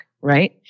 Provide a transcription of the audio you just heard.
Right